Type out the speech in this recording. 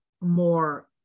more